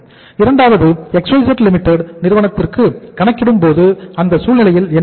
இரண்டாவது XYZ Limited நிறுவனத்திற்கு கணக்கிடும்போது அந்த சூழ்நிலையில் என்ன நடக்கும்